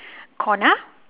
corner